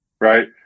right